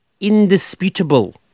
Indisputable